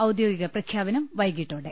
ഔദ്യോഗിക പ്രഖ്യാപനം വൈകീട്ടോടെ